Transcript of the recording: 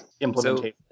implementation